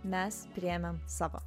mes priėmėm savo